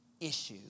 issues